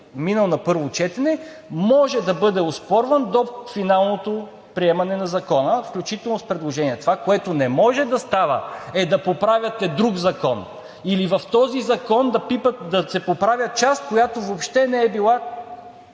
минал на първо четене, може да бъде оспорван до финалното приемане на закона, включително с предложение. Това, което не може да става, е да поправяте друг закон или в този закон да се поправя част, която въобще не е била